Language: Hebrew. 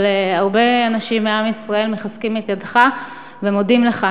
אבל הרבה אנשים מעם מישראל מחזקים את ידך ומודים לך,